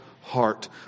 heart